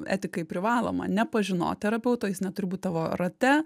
etikai privaloma nepažinot terapeuto jis neturi būt tavo rate